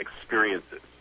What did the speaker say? experiences